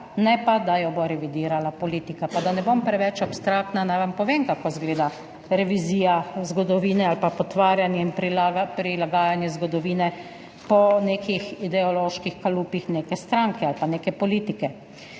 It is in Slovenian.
ne pa, da jo bo revidirala politika. Pa da ne bom preveč abstraktna, naj vam povem, kako izgleda revizija zgodovine ali pa potvarjanje in prilagajanje zgodovine po nekih ideoloških kalupih neke stranke ali neke politike.